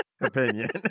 opinion